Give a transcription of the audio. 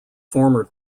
former